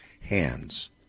hands